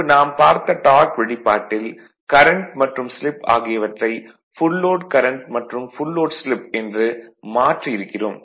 முன்பு நாம் பார்த்த டார்க் வெளிப்பாட்டில் கரண்ட் மற்றும் ஸ்லிப் ஆகியவற்றை ஃபுல் லோட் கரண்ட் மற்றும் ஃபுல் லோட் ஸ்லிப் என்று மாற்றி இருக்கிறோம்